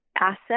asset